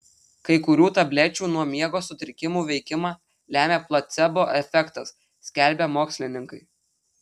kai kurių tablečių nuo miego sutrikimų veikimą lemią placebo efektas skelbia mokslininkai